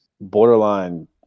borderline